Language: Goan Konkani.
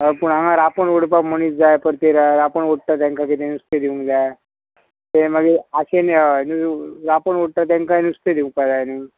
हय पूण हांगा रांपोण ओडपाक मनीस जाय परती रांपोण ओडटा तांकां कितें नुस्तें दिवंक जाय तें मागीर आशेन हय न्हू रांपण ओडटा तांकांय नुस्तें दिवपा जाय न्हू